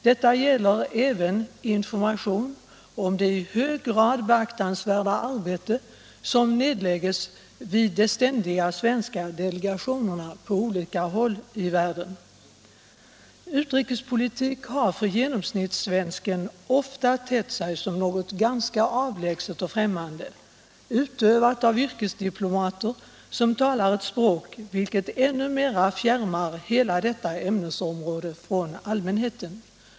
Detta gäller även information om det i hög grad beaktansvärda arbete som nedläggs av de ständiga svenska delegationerna på olika håll i världen. Utrikespolitik har för genomsnittssvensken ofta tett sig som något ganska avlägset och främmande, utövat av yrkesdiplomater som talar ett språk vilket ännu mera fjärmar hela detta ämnesområde från allmänheten.